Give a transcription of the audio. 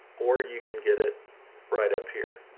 or you can get it right up here.